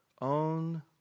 own